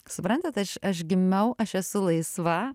suprantat aš aš gimiau aš esu laisva